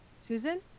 Susan